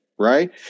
right